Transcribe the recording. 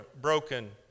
broken